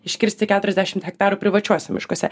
iškirsti keturiasdešimt hektarų privačiuose miškuose